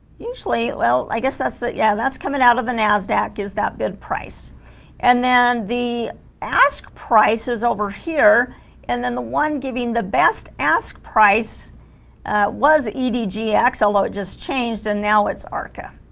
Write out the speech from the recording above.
usually well i guess that's that yeah that's coming out of the nasdaq gives that good price and then the ask price is over here and then the one giving the best ask price was edg x although it just changed and now it's arca